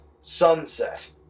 sunset